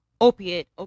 opiate